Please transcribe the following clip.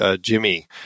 Jimmy